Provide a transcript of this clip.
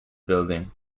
building